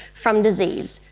from disease.